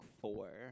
four